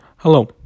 Hello